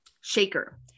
shaker